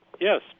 Yes